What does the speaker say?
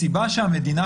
הסיבה שהמדינה,